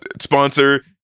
sponsor